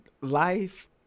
Life